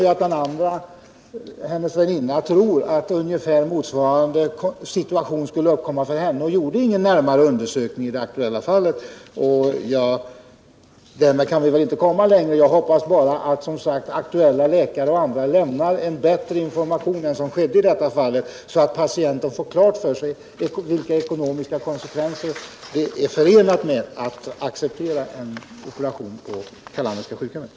Nr 100 Med hänvisning till det anförda hemställer jag att till statsrådet Britt Mogård få ställa följande fråga: Vill statsrådet redovisa dels vilka åtgärder som planeras för en förbättrad undervisning av de finskspråkiga eleverna, dels vilka medel som skall ställas till förfogande för sådan verksamhet samt när åtgärderna skall sättas i gång?